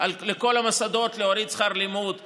לכל המוסדות להוריד שכל לימוד ב-5%,